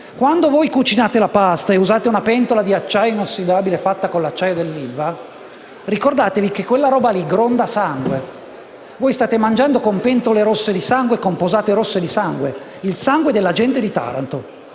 Quando cucinate la pasta e usate una pentola di acciaio inossidabile fatta con l'acciaio dell'ILVA, ricordatevi che quella roba lì gronda sangue. Voi state mangiando con pentole rosse di sangue e con posate rosse di sangue: il sangue della gente di Taranto.